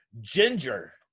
Ginger